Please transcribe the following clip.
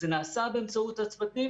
זה נעשה באמצעות הצוותים.